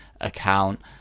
account